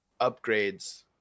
upgrades